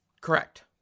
Correct